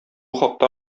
хакта